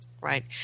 right